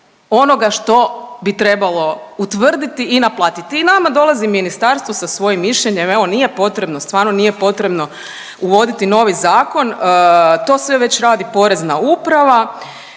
onoga što bi trebalo utvrditi i naplatiti. I nama dolazi ministarstvo sa svojim mišljenjem evo nije potrebno, stvarno nije potrebno uvoditi novi zakon to sve već radi Porezna uprava,